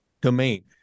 domain